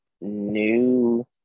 new